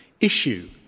issue